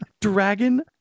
dragon